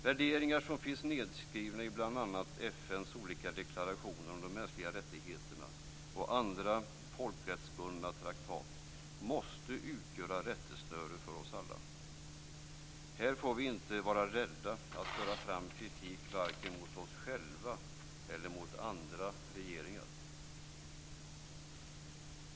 Värderingar som finns nedskrivna i bl.a. FN:s olika deklarationer om de mänskliga rättigheterna och andra folkrättsbundna traktat måste utgöra rättesnöre för oss alla. Här får vi inte vara rädda för att föra fram kritik mot vare sig oss själva eller andra regeringar.